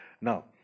Now